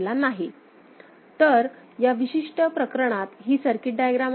तर या विशिष्ट प्रकरणात ही सर्किट डायग्राम आहे